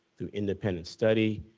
through independent study,